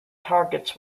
targets